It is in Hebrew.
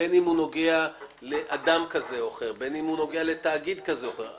בין אם הוא נוגע לאדם כזה או אחר ובין אם הוא נוגע לתאגיד כזה או אחר,